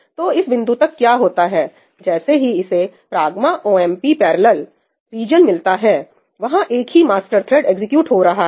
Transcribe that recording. तो इस बिंदु तक क्या होता है जैसे ही इसे pragma OMP parallel 'pragma omp parallel' region मिलता है वहां एक ही मास्टर थ्रेड एग्जीक्यूट हो रहा है